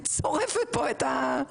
היית שורפת פה את הוועדות,